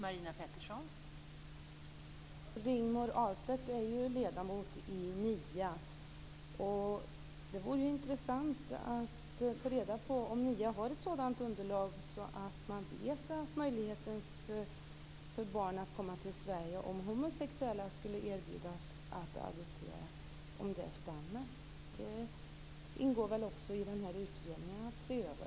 Fru talman! Rigmor Ahlstedt är ledamot i NIA. Det vore intressant att höra om NIA har ett sådant underlag att man vet att det stämmer när det gäller barns möjligheter att komma till Sverige om homosexuella skulle erbjudas att adoptera. Det ingår väl att också se över det i utredningen.